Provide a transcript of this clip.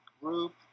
group